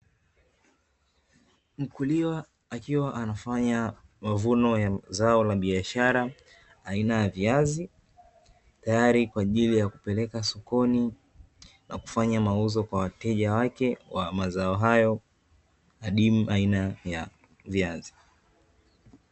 Mkulima akiwa anafanya mavuno ya zao la biashara aina ya viazi, tayari kwa ajili ya kupeleka sokoni na kufanya mauzo kwa wateja wake wa mazao hayo adimu aina ya viazi.